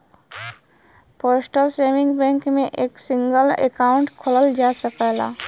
postal saving bank में एक single account खोलल जा सकला